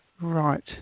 right